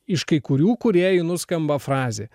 iš kai kurių kūrėjų nuskamba frazė